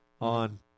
on